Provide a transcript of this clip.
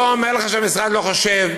לא אומר לך שהמשרד לא חושב,